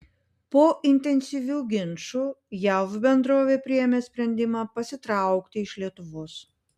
po intensyvių ginčų jav bendrovė priėmė sprendimą pasitraukti iš lietuvos